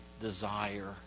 desire